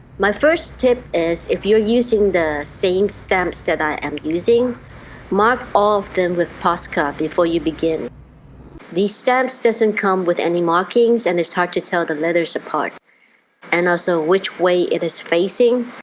my first tip is if you're using the same stamps that i am using mark all of them with posca before you begin these stamps doesn't come with any markings and it's hard to tell the letters apart and also which way it is facing